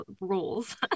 rules